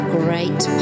great